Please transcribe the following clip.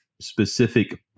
specific